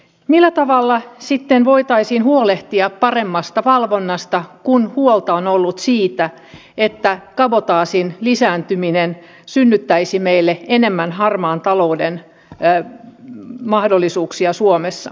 millä tavalla sitten voitaisiin huolehtia paremmasta valvonnasta kun huolta on ollut siitä että kabotaasin lisääntyminen synnyttäisi meille enemmän harmaan talouden mahdollisuuksia suomessa